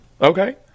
Okay